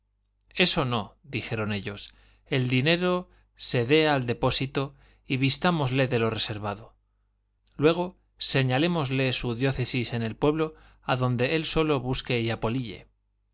eso no dijeron ellos el dinero se dé al depósito y vistámosle de lo reservado luego señalémosle su diócesis en el pueblo adonde él solo busque y